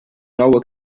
nou